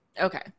Okay